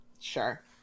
Sure